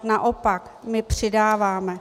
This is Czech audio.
Naopak, my přidáváme.